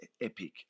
epic